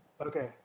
Okay